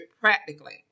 practically